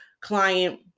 client